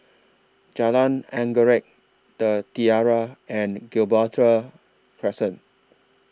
Jalan Anggerek The Tiara and Gibraltar Crescent